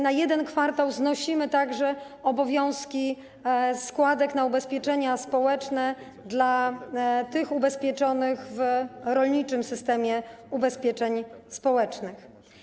Na jeden kwartał znosimy także obowiązki składek na ubezpieczenia społeczne dla tych ubezpieczonych w rolniczym systemie ubezpieczeń społecznych.